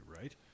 right